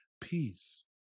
peace